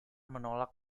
menolak